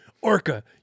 Orca